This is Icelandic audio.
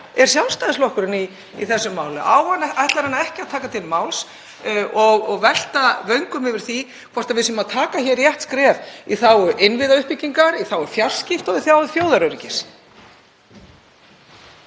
er Sjálfstæðisflokkurinn í þessu máli? Ætlar hann ekki að taka til máls og velta vöngum yfir því hvort við séum að taka rétt skref í þágu innviðauppbyggingar, í þágu fjarskipta og í þágu þjóðaröryggis?